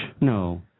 No